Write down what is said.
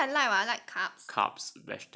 ya that's why I like [what] I like carbs